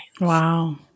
Wow